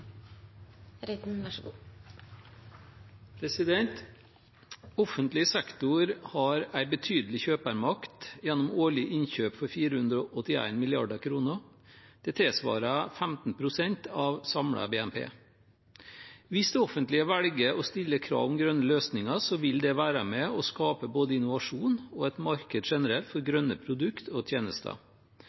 Offentlig sektor har en betydelig kjøpermakt gjennom årlige innkjøp for 481 mrd. kr. Det tilsvarer 15 pst. av samlet BNP. Hvis det offentlige velger å stille krav om grønne løsninger, vil det være med på å skape både innovasjon og et marked generelt for grønne produkt og tjenester.